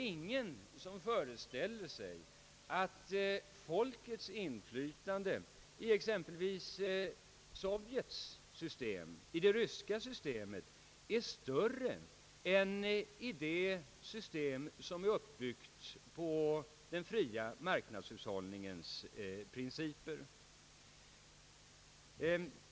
Ingen föreställer sig väl att folkets inflytande är större i exempelvis det ryska systemet än i ett system som är uppbyggt på den fria marknadshushållningens principer.